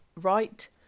right